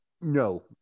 No